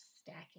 stacking